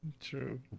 True